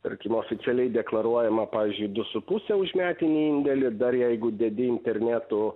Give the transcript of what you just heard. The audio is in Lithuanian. tarkim oficialiai deklaruojama pavyzdžiui du su puse už metinį indėlį dar jeigu dedi internetu